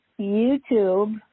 YouTube